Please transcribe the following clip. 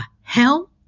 hell